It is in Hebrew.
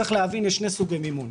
צריך להבין יש שני סוגי מימון,